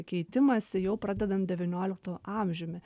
keitimąsi jau pradedant devynioliktu amžiumi